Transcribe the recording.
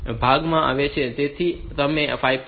તેથી તમે આ માટે 5